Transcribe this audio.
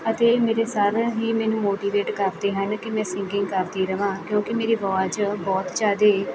ਅਤੇ ਮੇਰੇ ਸਰ ਹੀ ਮੈਨੂੰ ਮੋਟੀਵੇਟ ਕਰਦੇ ਹਨ ਕਿ ਮੈਂ ਸਿੰਗਿੰਗ ਕਰਦੀ ਰਹਾਂ ਕਿਉਂਕਿ ਮੇਰੀ ਅਵਾਜ਼ ਬਹੁਤ ਜ਼ਿਆਦਾ